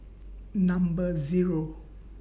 Number Zero